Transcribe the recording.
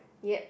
yeap